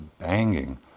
banging